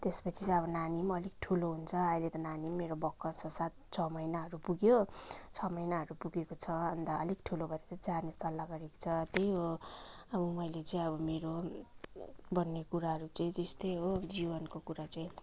त्यसपछि चाहिँ अब नानी पनि अलिक ठुलो हुन्छ अहिले त नानी पनि मेरो भर्खर छ सात छ महिनाहरू पुग्यो छ महिनाहरू पुगेको छ अन्त अलिक ठुलो भएपछि चाहिँ जाने सल्लाह गरेको छ त्यही हो अब मैले चाहिँ अब मेरो भन्ने कुराहरू चाहिँ त्यस्तै हो जीवनको कुरा चाहिँ